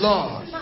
Lord